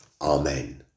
Amen